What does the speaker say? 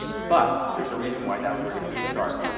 but, there's a reason why that's where you have to start.